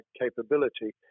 capability